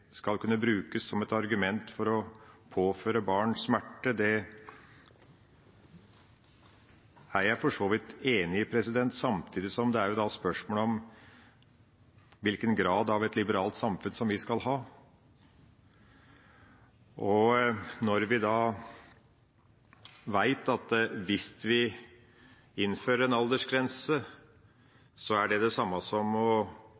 skal kunne brukes som et argument for å påføre barn smerte, er jeg for så vidt enig i, samtidig som det jo er et spørsmål om hvor liberalt samfunn vi skal ha. Når vi vet at det å innføre en aldersgrense er det samme som